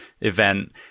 event